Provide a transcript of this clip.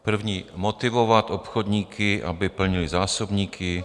První: motivovat obchodníky, aby plnili zásobníky.